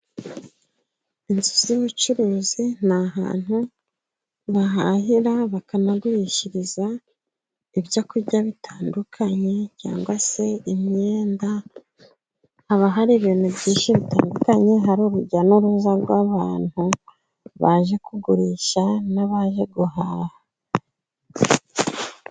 Inzu z'ubucuruzi n'ahantu bahahira bakanagurisha ibyokurya bitandukanye cyangwa se imyenda haba hari ibintu byinshi bitandukanye, hari urujya n'uruza rw'abantu baje kugurisha n'abaje guhaha.